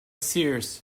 sears